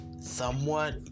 somewhat